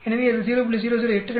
எனவே அது 0